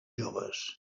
joves